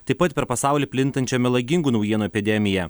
taip pat per pasaulį plintančią melagingų naujienų epidemiją